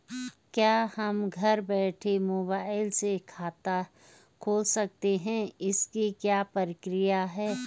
क्या हम घर बैठे मोबाइल से खाता खोल सकते हैं इसकी क्या प्रक्रिया है?